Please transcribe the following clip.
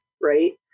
Right